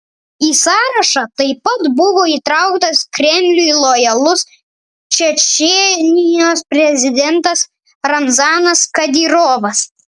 į sąrašą taip pat buvo įtrauktas kremliui lojalus čečėnijos prezidentas ramzanas kadyrovas